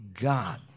God